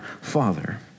Father